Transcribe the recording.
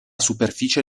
superficie